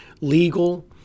legal